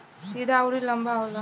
सीधा अउर लंबा होला